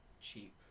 cheap